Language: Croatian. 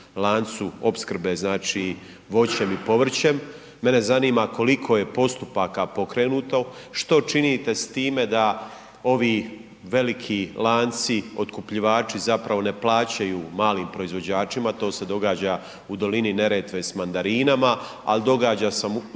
lancu opskrbe znači voćem i povrćem. Mene zanima koliko je postupaka pokrenuto, što činite s time da ovi veliki lanci otkupljivači zapravo ne plaćaju malim proizvođačima, to se događa u dolini Neretve s mandarinama, al događa se